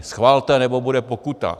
Schvalte, nebo bude pokuta!